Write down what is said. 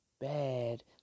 bad